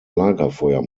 lagerfeuer